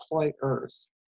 employers